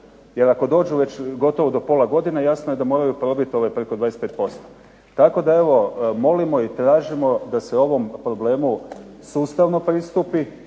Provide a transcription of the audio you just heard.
Jer ako dođu gotovo do pola godine jasno je da moraju probiti preko 25%. Tako da evo molimo i tražimo da se ovome problemu sustavno pristupi